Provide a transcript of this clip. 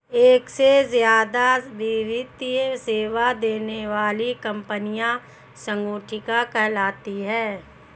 एक से ज्यादा वित्तीय सेवा देने वाली कंपनियां संगुटिका कहलाती हैं